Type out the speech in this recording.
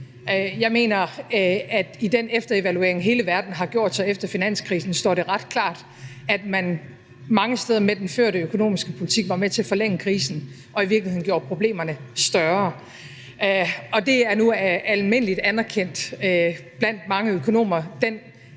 Jeg mener, at det i den efterevaluering, hele verden har foretaget efter finanskrisen, står ret klart, at man mange steder med den førte økonomiske politik var med til at forlænge krisen og i virkeligheden gjorde problemerne større. Det er nu almindelig anerkendt blandt mange økonomer,